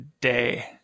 day